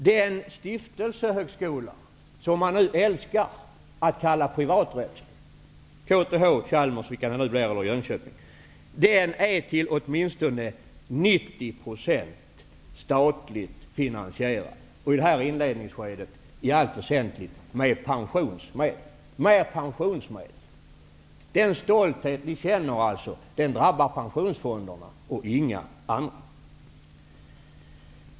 De stiftelsehögskolor som man nu älskar att kalla privata -- vilken det nu blir av KTH eller Chalmers, samt högskolan i Jönköping -- är till åtminstone 90 % statligt finansierade, i inledningsskedet i allt väsentligt med pensionsmedel. Den stolthet som ni känner grundas alltså på pensionsfonderna och inget annat.